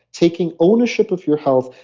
taking ownership of your health,